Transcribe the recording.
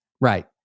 Right